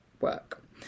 work